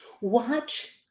watch